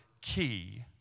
key